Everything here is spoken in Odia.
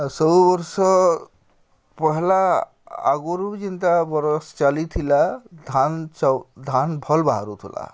ସବୁ ବର୍ଷ ପହେଲା ଆଗ୍ରୁ ବି ଯେନ୍ତା ବର୍ଷ୍ ଚାଲିଥିଲା ଧାନ୍ ଧାନ୍ ଭଲ୍ ବାହାରୁଥିଲା